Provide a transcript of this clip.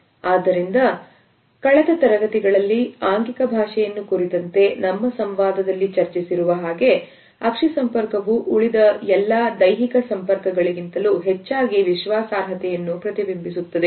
ಆದ್ದರಿಂದ ಕಳೆದು ತರಗತಿಗಳಲ್ಲಿ ಆಂಗಿಕ ಭಾಷೆಯನ್ನು ಕುರಿತಂತೆ ನಮ್ಮ ಸಂವಾದದಲ್ಲಿ ಚರ್ಚಿಸಿರುವ ಹಾಗೆ ಸಂಪರ್ಕವು ಉಳಿದ ಎಲ್ಲಾ ಲೈಂಗಿಕ ಸಂಪರ್ಕಗಳಿಗಿಂತಲೂ ಹೆಚ್ಚಾಗಿ ವಿಶ್ವಾಸಾರ್ಹತೆಯನ್ನು ಪ್ರತಿಬಿಂಬಿಸುತ್ತದೆ